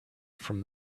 from